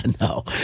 No